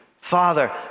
Father